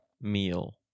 meal